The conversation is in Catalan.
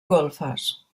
golfes